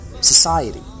society